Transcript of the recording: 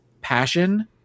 passion